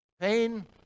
pain